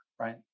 right